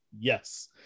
yes